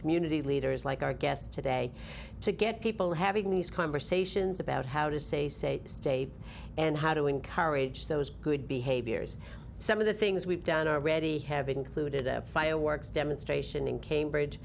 community leaders like our guest today to get people having these conversations about how to say say stay and how to encourage those good behaviors some of the things we've done already have included a fireworks demonstration in cambridge